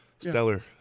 Stellar